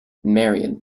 marion